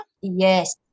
Yes